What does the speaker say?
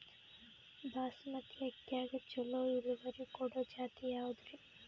ಬಾಸಮತಿ ಅಕ್ಕಿಯಾಗ ಚಲೋ ಇಳುವರಿ ಕೊಡೊ ಜಾತಿ ಯಾವಾದ್ರಿ?